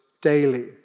daily